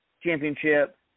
championship